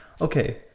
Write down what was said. Okay